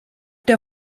der